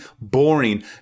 boring